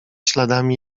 śladami